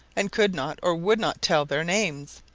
and could not, or would not tell their names.